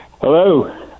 Hello